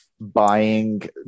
buying